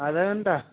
آدھا گنٹہ